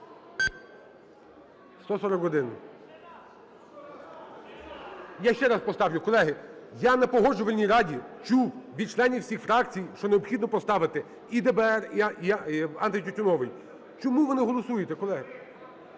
Я ще раз поставлю, колеги. Я на Погоджувальній раді чув від членів усіх фракцій, що необхідно поставити і ДБР, і антитютюновий. Чому ви не голосуєте, колеги?